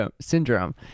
syndrome